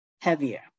heavier